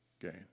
gain